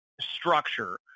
structure